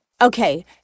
Okay